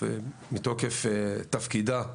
מתוקף תפקידה,